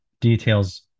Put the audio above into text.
details